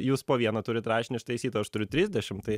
jūs po vieną turit rašinį ištaisyt o aš turiu trisdešim tai